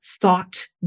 thought